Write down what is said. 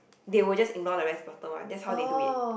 they will just ignore the rest bottom one that's how they do it